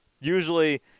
Usually